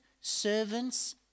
servants